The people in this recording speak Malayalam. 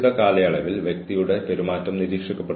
കൂടാതെ HR വ്യക്തി ഇടപെടുന്നതിൽ കുഴപ്പമില്ല